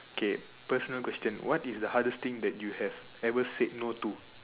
okay personal question what is the hardest thing that you have ever said no to